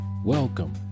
Welcome